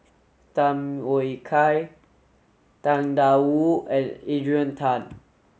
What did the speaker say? Tham Yui Kai Tang Da Wu and Adrian Tan